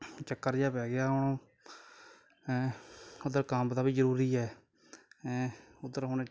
ਚੱਕਰ ਜਿਹਾ ਪੈ ਗਿਆ ਹੁਣ ਹੈਂ ਉੱਧਰ ਕੰਮ ਦਾ ਵੀ ਜ਼ਰੂਰੀ ਹੈ ਹੈਂ ਉੱਧਰ ਹੁਣ